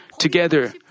Together